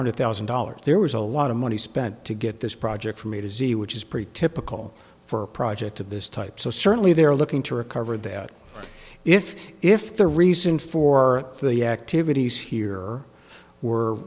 hundred thousand dollars there was a lot of money spent to get this project for me to see which is pretty typical for a project of this type so certainly they're looking to recover that if if the reason for the activities here were